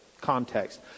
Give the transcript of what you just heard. context